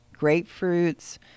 grapefruits